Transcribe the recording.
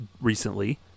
recently